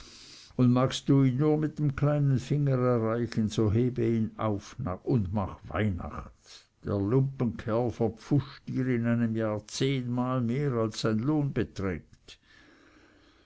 und magst du ihn nur mit dem kleinen finger erreichen so hebe ihn auf und mach weihnacht der lumpenkerl verpfuscht dir in einem jahr zehnmal mehr als sein lohn beträgt